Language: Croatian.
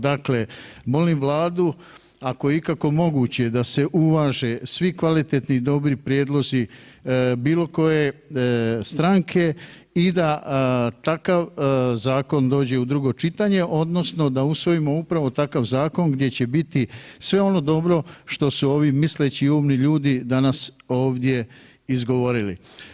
Dakle, molim vladu ako je ikako moguće da se uvaže svi kvalitetni i dobri prijedlozi bilo koje stranke i da takav zakon dođe u drugo čitanje odnosno da usvojimo upravo takav zakon gdje će biti sve ono dobro što su ovi misleći umni ljudi danas ovdje izgovorili.